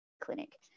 clinic